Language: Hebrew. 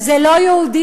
זה לא יהודי,